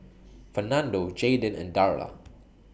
Fernando Jaeden and Darla